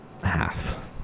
half